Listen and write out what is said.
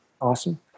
Awesome